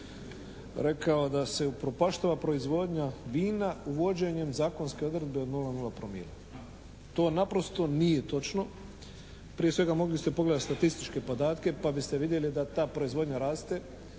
rekao da se upropaštava proizvodnja vina uvođenjem zakonske odredbe od 0,0 promila. To naprosto nije točno. Prije svega mogli ste pogledati statističke podatke pa biste vidjeli da ta proizvodnja raste.